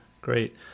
great